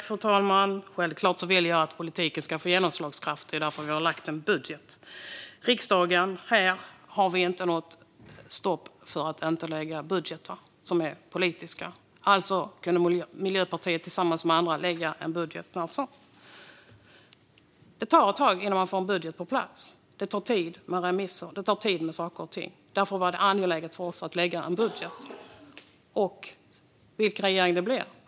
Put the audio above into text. Fru talman! Självklart vill jag att politiken ska få genomslagskraft; det är därför vi har lagt fram en budget. Här i riksdagen har vi inte något stopp för att lägga fram budgetar som är politiska. Miljöpartiet kan alltså tillsammans med andra när som helst lägga fram en budget. Det tar ett tag innan man får en budget på plats. Saker och ting tar tid, till exempel remisser. Därför var det angeläget för oss att lägga fram en budget, vilken regering det än blir.